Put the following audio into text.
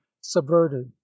subverted